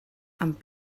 amb